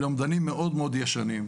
אלה אומדנים מאוד מאוד ישנים.